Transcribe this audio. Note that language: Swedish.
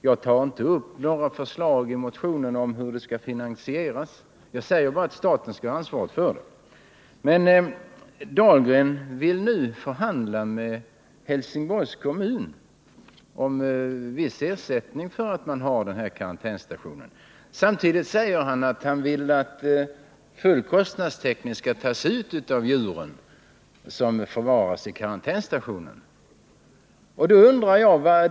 Jag tar inte upp några förslag i motionen om hur verksaiuheten skall finansieras, jag säger bara att staten skall ha ansvaret för den. Anders Dahlgren vill nu förhandla med Helsingborgs kommun om viss Nr 110 ersättning för karantänsstationen. Samtidigt säger han att han vill att full kostnadstäckning skall tas ut för djuren som förvaras där.